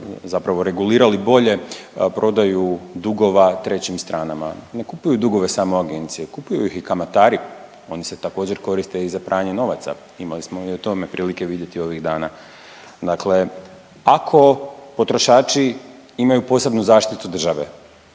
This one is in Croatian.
zapravo regulirali bolje prodaju dugova trećim stranama. Ne kupuju dugove samo agencije, kupuju ih i kamatari. Oni se također koriste i za pranje novaca. Imali smo i o tome prilike vidjeti ovih dana. Dakle, ako potrošači imaju posebnu zaštitu države,